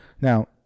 now